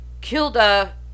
Kilda